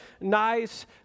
nice